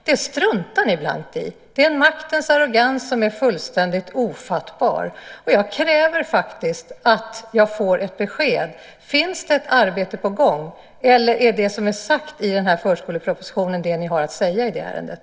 Det struntar ni blankt i! Det är en maktens arrogans som är fullständigt ofattbar. Jag kräver faktiskt att få ett besked: Finns det ett arbete på gång, eller är det som är sagt i den här förskolepropositionen det ni har att säga i det ärendet?